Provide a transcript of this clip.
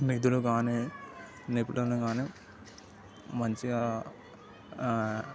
నిధులు కాని నిపుణులు కాని మంచిగా